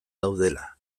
daudela